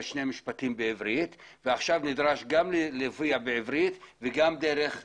שני משפטים בעברית ועכשיו נדרש גם להופיע בעברית וגם דרך ה-זום.